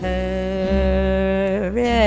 Hurry